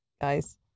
guys